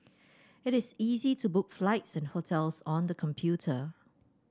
it is easy to book flights and hotels on the computer